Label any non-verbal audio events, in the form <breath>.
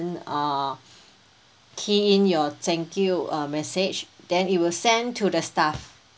uh <breath> key in your thank you uh message then it will send to the staff